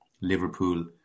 Liverpool